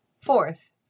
Fourth